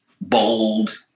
bold